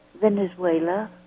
Venezuela